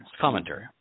Commentary